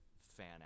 fan